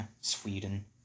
Sweden